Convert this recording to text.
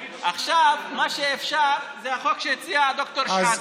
עכשיו, מה שאפשר זה החוק שהציע ד"ר שחאדה,